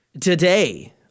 Today